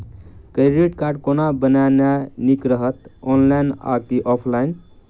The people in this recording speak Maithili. क्रेडिट कार्ड कोना बनेनाय नीक रहत? ऑनलाइन आ की ऑफलाइन?